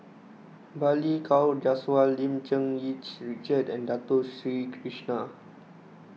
Balli Kaur Jaswal Lim Cherng Yih Richard and Dato Sri Krishna